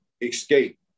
escape